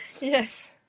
Yes